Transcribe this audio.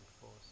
force